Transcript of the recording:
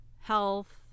health